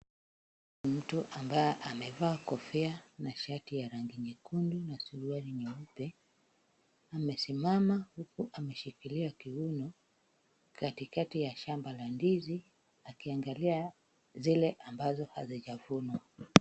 Mtu ambaye amevaa kofia na shati ya rangi nyekundu na suruali nyeupe, amesimama huku ameshikilia kiuno katikati ya shamba la ndizi akiangalia zile ambazo hazijavunwa.